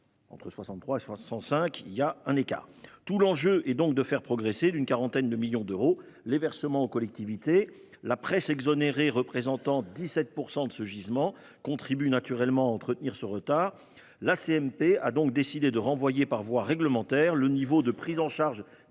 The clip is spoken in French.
fait tout de même un écart. Tout l'enjeu est donc de faire progresser d'une quarantaine de millions d'euros les versements aux collectivités. La presse exonérée représentant 17 % du gisement contribue naturellement à entretenir ce retard. La commission mixte paritaire a donc décidé de renvoyer par voie réglementaire le niveau de prise en charge des coûts